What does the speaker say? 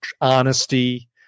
honesty